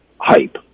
hype